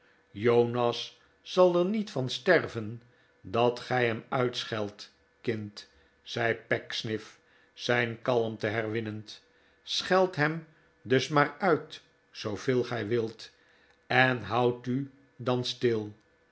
jonas zal er niet van sterven dat gij hem uitscheldt kind zei pecksniff zijn kalmte herwinnend scheld hem dus maar uit zooveel gij wilt en houd u dan stil